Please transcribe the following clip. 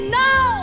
no